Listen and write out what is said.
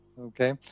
Okay